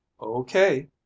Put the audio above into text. okay